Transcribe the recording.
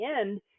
end